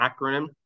acronym